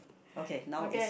okay now is